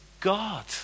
God